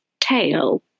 tail